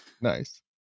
Nice